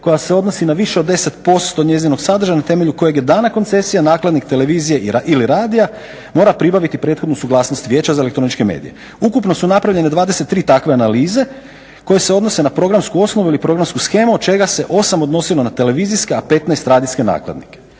koja se odnosi na više od 10% njezinog sadržaja na temelju kojeg je dana koncesija, nakladnik televizije ili radija mora pribaviti prethodnu suglasnost vijeća za elektroničke medije. Ukupno su napravljene 23 takve analize koje se odnose na programsku osnovu ili programsku shemu od čega se osam odnosilo na televizijske a 15 radijske nakladnike.